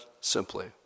simply